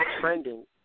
trending